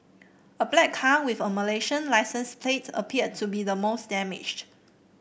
a black car with a Malaysian licence plate appeared to be the most damaged